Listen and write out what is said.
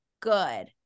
Good